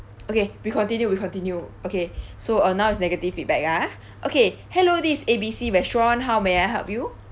okay we continue continue okay so uh now is negative feedback ah okay hello this is A B C restaurant how may I help you